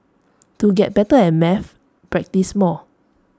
to get better at maths practise more